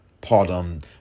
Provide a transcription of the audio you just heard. Pardon